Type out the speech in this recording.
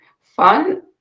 fun